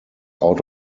out